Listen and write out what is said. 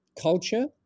culture